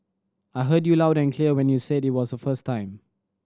I heard you loud and clear when you said it was the first time